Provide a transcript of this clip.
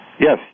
Yes